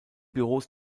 büros